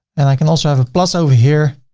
and i can also have a plus over here